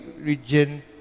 region